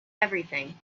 everything